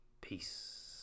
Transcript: Peace